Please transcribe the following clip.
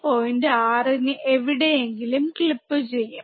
6 ന് എവിടെയെങ്കിലും ക്ലിപ്പ് ചെയ്യും